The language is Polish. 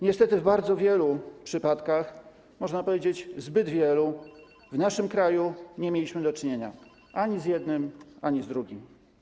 Niestety w bardzo wielu przypadkach, można powiedzieć, że w zbyt wielu, w naszym kraju nie mieliśmy do czynienia ani z jednym, ani z drugim.